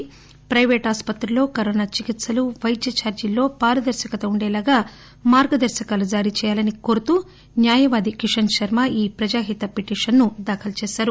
ప్లైపేట్ ఆస్పత్రుల్లో కరోనా చికిత్పలు వైద్య ఛార్లీల్లో పారదర్శకత ఉండేలా మార్గదర్శకాలు జారీ చేయాలనికోరుతూ న్యాయ వాధి కిషన్ శర్మ ఈ పిటీషన్ దాఖలు చేశారు